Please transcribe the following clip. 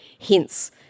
hence